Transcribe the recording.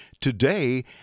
today